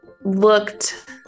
looked